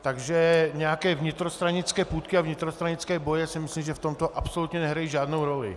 Takže nějaké vnitrostranické půtky a vnitrostranické boje v tomto absolutně nehrají žádnou roli.